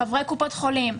חברי קופות חולים,